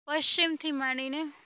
પશ્ચિમથી માંડીને